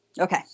Okay